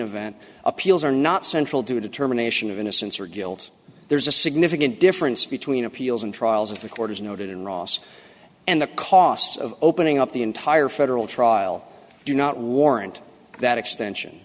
event appeals are not central to a determination of innocence or guilt there's a significant difference between appeals and trials of the court is noted and ross and the costs of opening up the entire federal trial do not warrant that extension